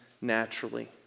naturally